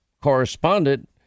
correspondent